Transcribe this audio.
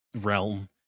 realm